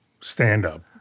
stand-up